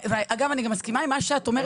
אני גם מסכימה עם מה שאת אומרת,